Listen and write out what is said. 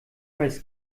weiß